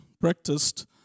practiced